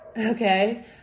okay